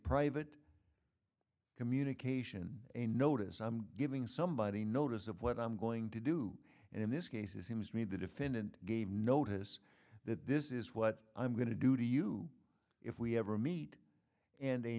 private communication a notice i'm giving somebody notice of what i'm going to do and in this case is seems to me the defendant gave notice that this is what i'm going to do to you if we ever meet and